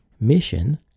Mission